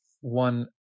one